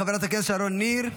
חברת הכנסת שרון ניר,